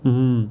mm